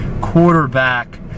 quarterback